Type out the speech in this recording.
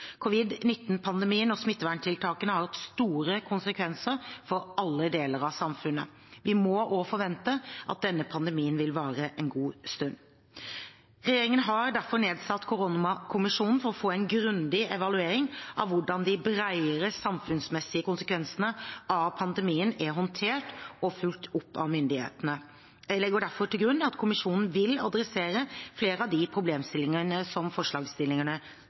og smitteverntiltakene har hatt store konsekvenser for alle deler av samfunnet. Vi må også forvente at denne pandemien vil vare en god stund. Regjeringen har derfor nedsatt koronakommisjonen for å få en grundig evaluering av hvordan de bredere samfunnsmessige konsekvensene av pandemien er håndtert og fulgt opp av myndighetene. Jeg legger derfor til grunn at kommisjonen vil adressere flere av de problemstillingene som